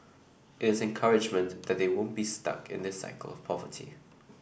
is the encouragement that they won't be stuck in this cycle of poverty